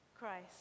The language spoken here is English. Christ